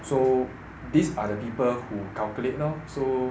so these are the people who calculate lor so